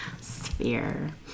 Sphere